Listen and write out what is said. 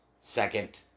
second